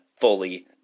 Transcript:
fully